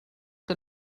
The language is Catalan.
que